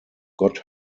got